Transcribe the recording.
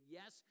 yes